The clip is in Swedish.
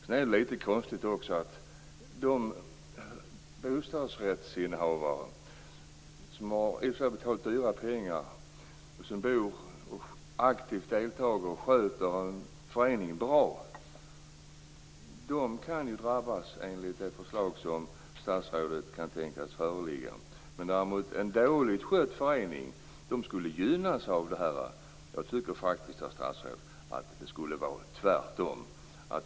Sedan är det litet konstigt att de bostadsrättshavare som har betalat dyra pengar och som aktivt deltar i föreningens skötsel kan drabbas enligt det förslag som statsrådet kan tänkas lägga fram. Däremot skulle en dåligt skött förening gynnas av detta. Jag tycker faktiskt att det borde vara tvärtom.